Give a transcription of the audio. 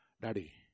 Daddy